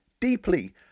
deeply